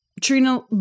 Trina